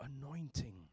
anointing